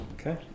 Okay